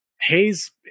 Hayes